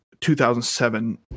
2007